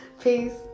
peace